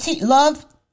love